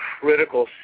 critical